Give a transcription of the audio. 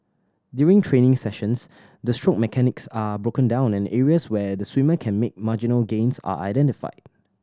during training sessions the stroke mechanics are broken down and areas where the swimmer can make marginal gains are identified